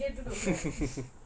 mm